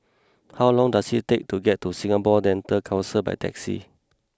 how long does it take to get to Singapore Dental Council by taxi